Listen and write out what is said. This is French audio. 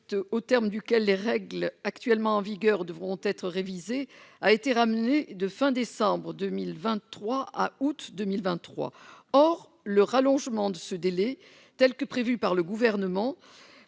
au terme duquel les règles actuellement en vigueur, devront être révisés a été ramené de fin décembre 2023 à août 2023, or le rallongement de ce délai, telle que prévue par le gouvernement,